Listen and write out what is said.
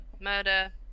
murder